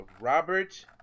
Robert